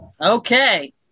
Okay